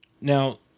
Now